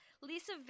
Lisa